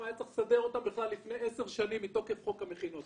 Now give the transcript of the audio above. היה צריך לסדר אותם לפני עשר שנים מתוקף חוק המכינות.